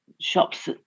shops